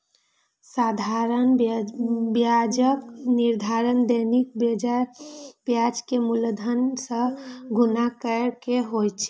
साधारण ब्याजक निर्धारण दैनिक ब्याज कें मूलधन सं गुणा कैर के होइ छै